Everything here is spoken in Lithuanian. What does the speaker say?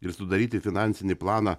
ir sudaryti finansinį planą